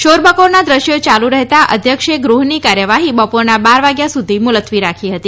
શોરબકોરના દ્રશ્યો ચાલુ રહેતા અધ્યક્ષે ગૃહની કાર્યવાહી બપોરના બાર વાગ્યા સુધી મુલત્વી રાખી હતી